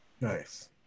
Nice